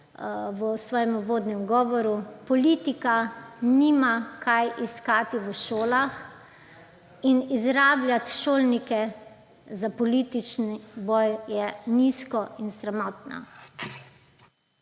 v svojem uvodnem govoru, politika nima kaj iskati v šolah in izrabljati šolnike za političen boj je nizko in sramotno.